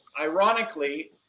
ironically